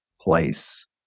place